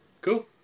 Cool